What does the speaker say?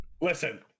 Listen